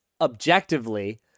objectively